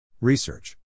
Research